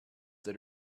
that